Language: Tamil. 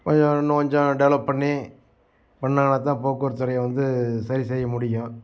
கொஞ்சம் இன்னும் கொஞ்சம் டெவலப் பண்ணி பண்ணாங்கன்னால் தான் போக்குவரத்துத்துறையை வந்து சரி செய்யமுடியும்